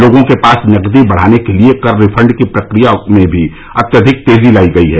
लोगों के पास नगदी बढाने के लिए कर रिफंड की प्रक्रिया में भी अत्यधिक तेजी लाई गई है